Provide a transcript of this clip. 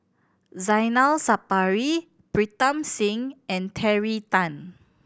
Zainal Sapari Pritam Singh and Terry Tan